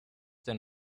than